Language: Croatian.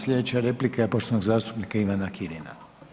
Sljedeća replika je poštovanog zastupnika Ivana Kirina.